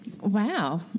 Wow